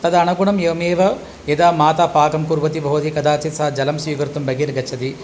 तदनुगुणम् एवमेव यदा माता पाकं कुर्वती भवति कदाचित् सा जलं स्वीकर्तुं बहिर्गच्छति